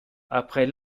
après